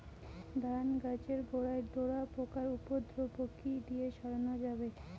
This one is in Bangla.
ধান গাছের গোড়ায় ডোরা পোকার উপদ্রব কি দিয়ে সারানো যাবে?